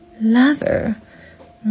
lover